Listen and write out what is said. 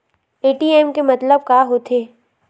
ATM के मतलब का होथे?